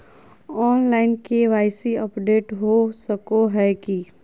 Online KYC update हो सको है की?